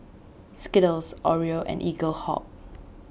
Skittles Oreo and Eaglehawk